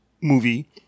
movie